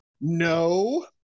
No